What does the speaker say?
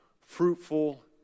fruitful